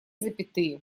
запятые